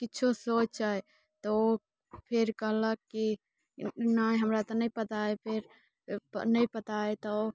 किछो सोचय तऽ ओ फेर कहलक कि नहि हमरा तऽ नहि पता अइ फेर नहि पता अइ तऽ